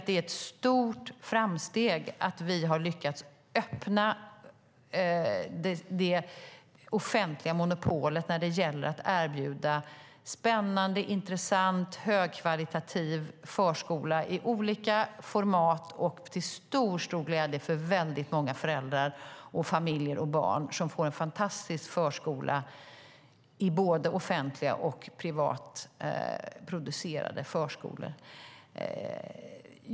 Det är ett stort framsteg att vi har lyckats öppna det offentliga monopolet för spännande, intressant och högkvalitativ förskola i olika format. Det är till stor glädje för många föräldrar och barn som får en fantastisk förskola i både offentligt och privat drivna förskolor.